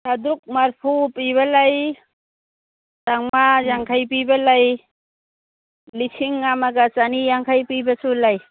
ꯆꯥꯇ꯭ꯔꯨꯛ ꯃꯔꯤꯐꯨ ꯄꯤꯕ ꯂꯩ ꯆꯥꯝꯃꯉꯥ ꯌꯥꯡꯈꯩ ꯄꯤꯕ ꯂꯩ ꯂꯤꯁꯤꯡ ꯑꯃꯒ ꯆꯅꯤꯌꯥꯡꯈꯩ ꯄꯤꯕꯁꯨ ꯂꯩ